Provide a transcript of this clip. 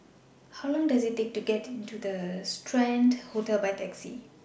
How Long Does IT Take to get to Strand Hotel By Taxi